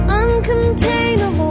uncontainable